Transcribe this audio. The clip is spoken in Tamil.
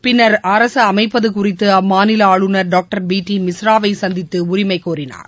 பின்னா் அரசு அமைப்பது குறித்து அம்மாநில ஆளுநர் டாக்டர் பி டி மிஸ்ராவை சந்தித்து உரிமை கோரினார்